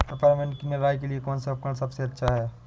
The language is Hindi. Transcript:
पिपरमिंट की निराई के लिए कौन सा उपकरण सबसे अच्छा है?